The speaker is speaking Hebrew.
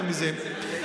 יותר מזה,